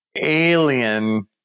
alien